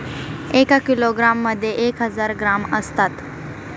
एका किलोग्रॅम मध्ये एक हजार ग्रॅम असतात